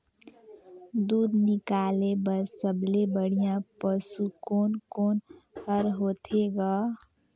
दूध निकाले बर सबले बढ़िया पशु कोन कोन हर होथे ग?